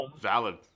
Valid